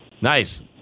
Nice